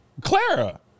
Clara